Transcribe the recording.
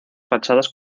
fachadas